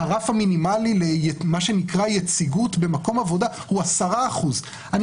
הרף המינימאלי למה שנקרא "יציגות במקום עבודה" הוא 10%. אני